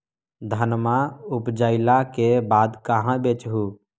धनमा उपजाईला के बाद कहाँ बेच हू?